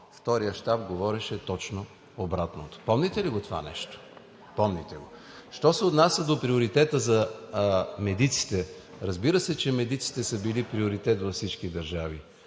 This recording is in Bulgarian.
вторият щаб говореше точно обратното. Помните ли го това нещо? Помните го! Що се отнася до приоритета за медиците. Разбира се, че медиците са били приоритет във всички държави,